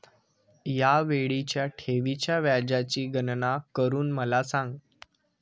या वेळीच्या ठेवीच्या व्याजाची गणना करून मला सांगा